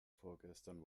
vorgestern